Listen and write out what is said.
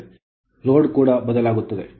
ನಾನು ವ್ಯತ್ಯಾಸವಾದರೆ ಆದ್ದರಿಂದ ಲೋಡ್ ಕೂಡ ಬದಲಾಗುತ್ತದೆ